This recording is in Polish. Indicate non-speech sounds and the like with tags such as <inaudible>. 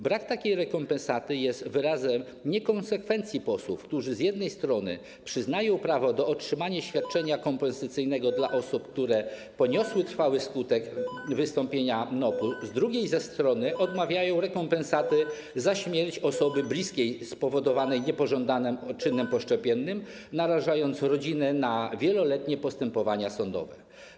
Brak takiej rekompensaty jest wyrazem niekonsekwencji posłów, którzy z jednej strony przyznają prawo do otrzymania <noise> świadczenia kompensacyjnego dla osób, które poniosły trwały skutek wystąpienia NOP-u, z drugiej zaś strony odmawiają rekompensaty za śmierć osoby bliskiej spowodowanej niepożądanym odczynem poszczepiennym, narażając rodzinę na wieloletnie postępowania sądowe.